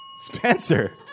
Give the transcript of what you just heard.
Spencer